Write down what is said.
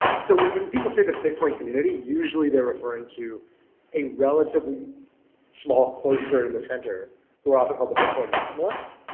so when when people say the bitcoin community, usually they're referring to a relatively small cluster in the center who are often called the bitcoin maximalists,